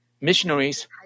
missionaries